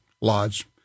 lodge